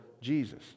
Jesus